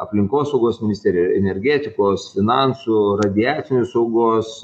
aplinkosaugos ministerija energetikos finansų radiacinės saugos